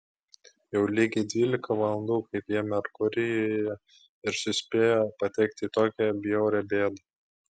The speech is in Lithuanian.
jau lygiai dvylika valandų kaip jie merkurijuje ir suspėjo patekti į tokią bjaurią bėdą